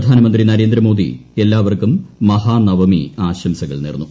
പ്രധാനമന്ത്രി നരേന്ദ്രമോദി എല്ലാവർക്കും മഹാനവമി ആശംസകൾ നേർന്നു